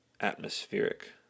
atmospheric